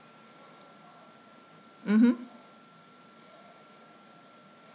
mmhmm